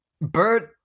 Bert